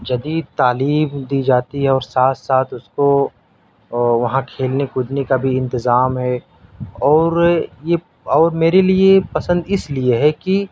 جدید تعلیم دی جاتی ہے اور ساتھ ساتھ اس کو وہاں کھیلنے کودنے کا بھی انتظام ہے اور یہ اور میرے لیے پسند اس لیے ہے کہ